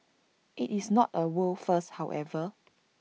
IT is not A world first however